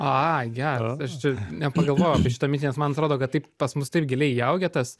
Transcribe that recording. ai geras aš čia nepagalvojau apie šitą mintį nes man atrodo kad taip pas mus taip giliai įaugę tas